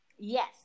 Yes